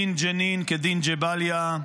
דין ג'נין כדין ג'באליה,